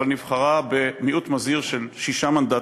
אבל נבחרה במיעוט מזהיר של שישה מנדטים.